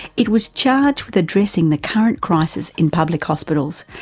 it was charged with addressing the current crisis in public hospitals,